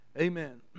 amen